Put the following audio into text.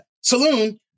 Saloon